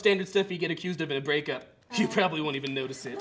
standard stuff you get accused of a break up you probably won't even notice it